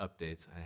updates